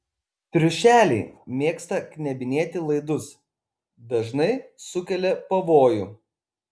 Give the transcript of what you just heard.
triušeliai mėgsta knebinėti laidus dažnai sukelia pavojų